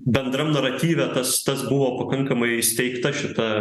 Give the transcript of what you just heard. bendram naratyve tas tas buvo pakankamai įsteigta šita